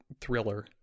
thriller